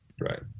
right